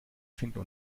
finden